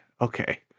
okay